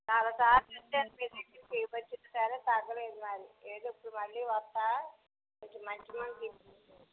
చాలా సార్లు వచ్చాను మీ దగ్గరికి వచ్చిన కాని తగ్గలేదు మరి అది ఏదో ఇప్పుడు మళ్ళీ వస్తా కొంచెం మంచి మందులు